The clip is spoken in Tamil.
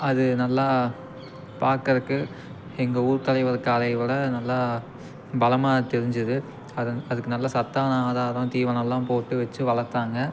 அது நல்லா பார்க்கறக்கு எங்கள் ஊர் தலைவர் காளையை விட நல்லா பலமாக தெரிஞ்சிது அது அதுக்கு நல்லா சத்தான ஆகாரம் தீவனல்லாம் போட்டு வச்சு வளர்த்தாங்க